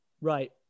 right